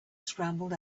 scrambled